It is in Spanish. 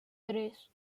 tres